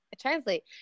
translate